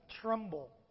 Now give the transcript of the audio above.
tremble